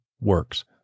works